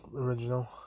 original